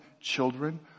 children